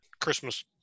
Christmas